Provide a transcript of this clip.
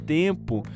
tempo